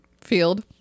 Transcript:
field